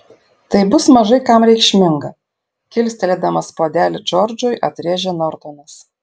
tai bus mažai kam reikšminga kilstelėdamas puodelį džordžui atrėžė nortonas